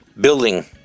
building